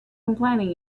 complaining